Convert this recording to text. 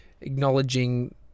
acknowledging